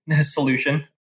solution